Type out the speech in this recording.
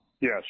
Yes